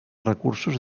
recursos